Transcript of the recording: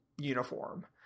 uniform